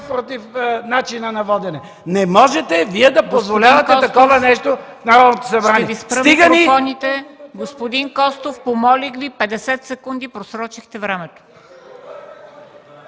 против начина на водене! Не можете Вие да позволявате такова нещо в Народното събрание!